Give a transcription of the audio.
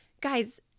Guys